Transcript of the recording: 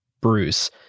Bruce